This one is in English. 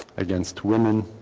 against women.